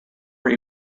what